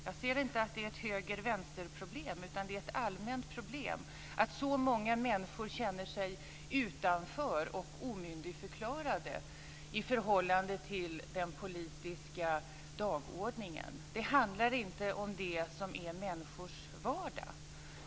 Jag ser inte att det är ett höger-vänster-problem, utan det är ett allmänt problem att så många människor känner sig utanför och omyndigförklarade i förhållande till den politiska dagordningen. Det handlar inte om det som är människors vardag.